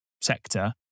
sector